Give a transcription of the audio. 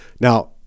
Now